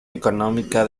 económica